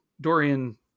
Dorian